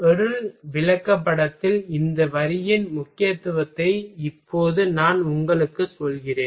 பொருள் விளக்கப்படத்தில் இந்த வரியின் முக்கியத்துவத்தை இப்போது நான் உங்களுக்கு சொல்கிறேன்